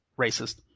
racist